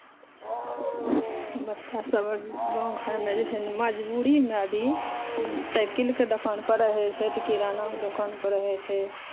बच्चासभ गाँव घरमे जे छै मजबूरीमे अभी साइकिलके दोकानपर रहै छै तऽ किरानाके दोकानपर रहै छै